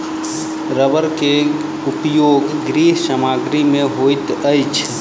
रबड़ के उपयोग गृह सामग्री में होइत अछि